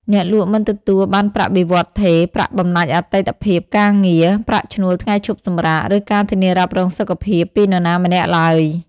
អ្នកលក់មិនទទួលបានប្រាក់បៀវត្សរ៍ថេរ ប្រាក់បំណាច់អតីតភាពការងារ ប្រាក់ឈ្នួលថ្ងៃឈប់សម្រាក ឬការធានារ៉ាប់រងសុខភាពពីនរណាម្នាក់ឡើយ។